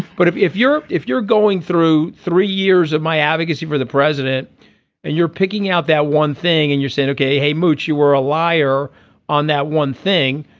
but if if europe if you're going through three years of my advocacy for the president and you're picking out that one thing and you say ok hey mooch you were a liar on that one thing.